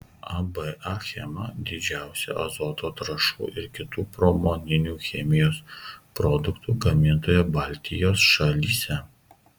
ab achema didžiausia azoto trąšų ir kitų pramoninių chemijos produktų gamintoja baltijos šalyse